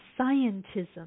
scientism